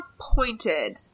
pointed